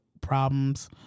problems